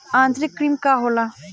आंतरिक कृमि का होला?